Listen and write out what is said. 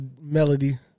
melody